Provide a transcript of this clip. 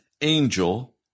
angel